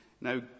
now